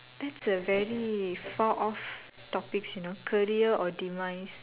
that's a very far off topics you know career or demise